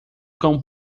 cão